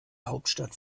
hauptstadt